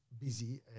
busy